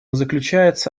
заключается